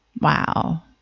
Wow